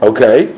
Okay